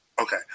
Okay